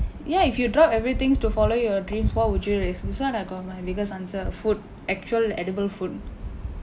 ya if you drop everything to follow your dreams what would you risk this one I got my biggest answer food actual edible food